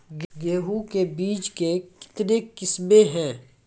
गेहूँ के बीज के कितने किसमें है?